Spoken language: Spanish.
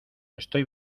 estoy